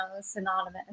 synonymous